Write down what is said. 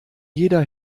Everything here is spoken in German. jeder